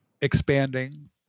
expanding